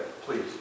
please